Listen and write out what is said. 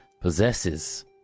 possesses